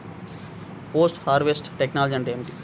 Post harvest technology అంటే ఏమిటి?